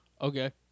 Okay